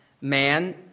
man